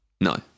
No